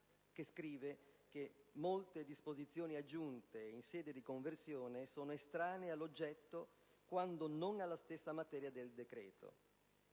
secondo cui molte disposizioni aggiunte in sede di conversione sono estranee all'oggetto, quando non alla stessa materia, del decreto-legge.